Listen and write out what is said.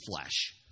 flesh